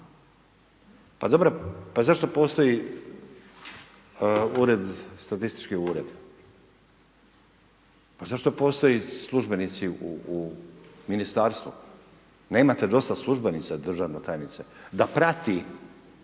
Pa dobro, pa zašto postoji Ured, statistički Ured? Pa zašto postoje službenici u Ministarstvu? Nemate dosta službenica državna tajnice, da prati,